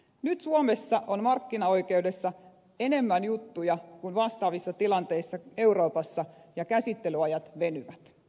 nyt suomessa on markkinaoikeudessa enemmän juttuja kuin vastaavissa tilanteissa euroopassa ja käsittelyajat venyvät